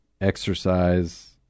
exercise